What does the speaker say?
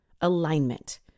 alignment